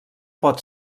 pot